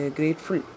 grateful